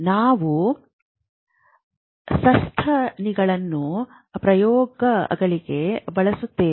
ನಾವು ಸಸ್ತನಿಗಳನ್ನು ಪ್ರಯೋಗಗಳಿಗೆ ಬಳಸುತ್ತೇವೆ